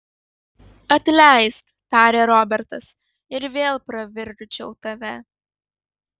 atleisk tarė robertas ir vėl pravirkdžiau tave